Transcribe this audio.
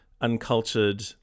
uncultured